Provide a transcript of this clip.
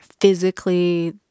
physically